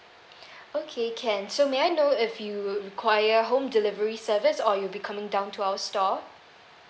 okay can so may I know if you would require home delivery service or you'll be coming down to our store